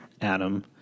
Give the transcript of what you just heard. Adam